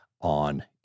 on